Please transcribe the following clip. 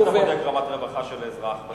איך אתה בודק רמת רווחה של אזרח?